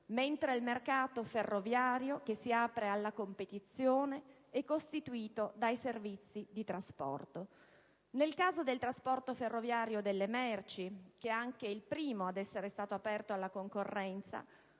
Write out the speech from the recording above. mentre il mercato ferroviario che si apre alla competizione è costituito dai servizi di trasporto. Nel caso del trasporto ferroviario delle merci, che è anche il primo ad essere stato aperto alla concorrenza,